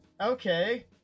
okay